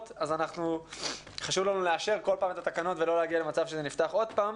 אז חשוב לנו לאשר כל פעם את התקנות ולא להגיע למצב שזה נפתח עוד פעם,